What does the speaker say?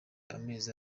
amezi